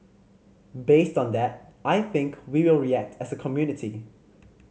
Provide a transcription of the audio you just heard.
based on that I think we will react as a community